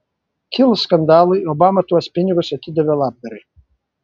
kilus skandalui obama tuos pinigus atidavė labdarai